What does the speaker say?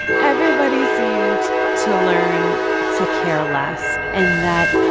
everybody seemed to learn to care less and that,